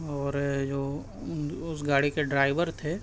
اور جو اس گاڑی کے ڈرائیور تھے